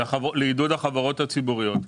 לעידוד החברות הציבוריות,